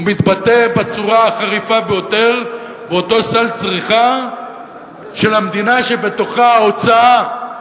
הוא מתבטא בצורה החריפה ביותר באותו סל צריכה של המדינה שבה ההוצאה